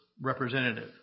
representative